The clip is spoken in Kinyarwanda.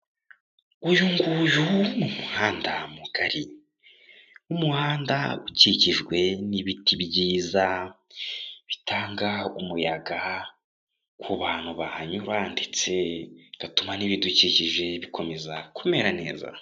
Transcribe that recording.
Uyu nguyu ni umuhanda mugari. Umuhanda ukikijwe n'ibiti byiza bitanga umuyaga ku bantu bahanyura ndetse bigatuma n'ibidukikije bikomeza kumera neza.